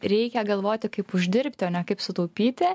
reikia galvoti kaip uždirbti o ne kaip sutaupyti